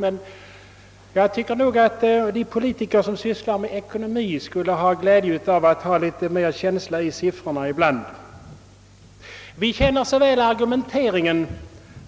Men jag tycker faktiskt att de politiker som sysslar med ekonomi skulle ha glädje av att så att säga lägga litet mera känsla i siffrorna ibland. Vi känner så väl argumenteringen